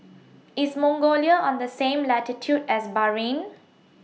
IS Mongolia on The same latitude as Bahrain